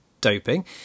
doping